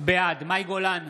בעד מאי גולן,